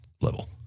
level